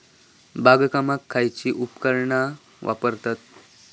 बागकामाक खयची उपकरणा वापरतत?